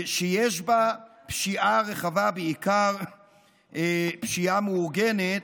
יש בהם פשיעה רחבה, בעיקר פשיעה מאורגנת,